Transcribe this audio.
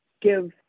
give